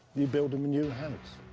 you build him a new house.